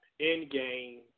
Endgame